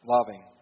Loving